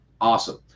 Awesome